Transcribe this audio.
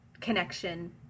connection